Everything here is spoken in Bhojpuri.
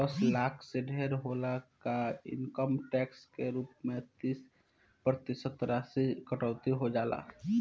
दस लाख से ढेर होला पर इनकम टैक्स के रूप में तीस प्रतिशत राशि की कटौती हो जाला